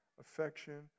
affection